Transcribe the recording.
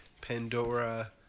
Pandora